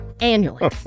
Annually